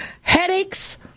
Headaches